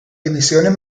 divisiones